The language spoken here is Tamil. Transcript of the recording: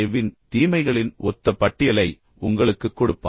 வின் தீமைகளின் ஒத்த பட்டியலை உங்களுக்குக் கொடுப்பார்